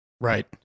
right